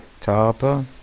Tapa